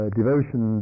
devotion